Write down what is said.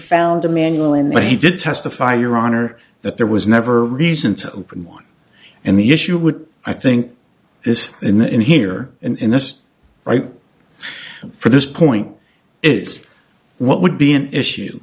manual and that he didn't testify your honor that there was never a reason to open one and the issue would i think is in here in this right for this point is what would be an issue